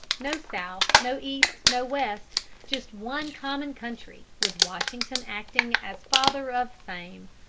no south, no east, no west just one common country, with washington acting as father of same.